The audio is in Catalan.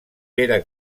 pere